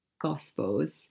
Gospels